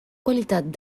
qualitat